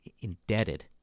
indebted